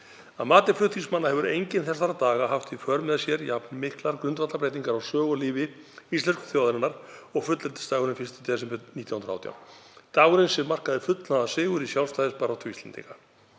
Að mati flutningsmanna hefur enginn þessara daga haft í för með sér jafnmiklar grundvallarbreytingar á sögu og lífi íslensku þjóðarinnar og fullveldisdagurinn 1. desember 1918; dagurinn sem markaði fullnaðarsigur í sjálfstæðisbaráttu Íslendinga.